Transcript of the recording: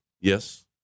Yes